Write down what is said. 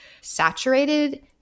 saturated